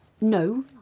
No